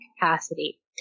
capacity